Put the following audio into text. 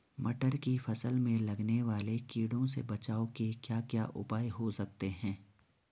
मटर की फसल में लगने वाले कीड़ों से बचाव के क्या क्या उपाय हो सकते हैं?